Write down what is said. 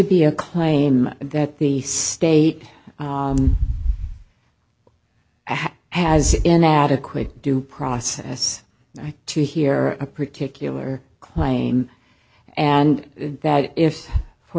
be a claim that the state has been adequate due process to hear a particular claim and that if for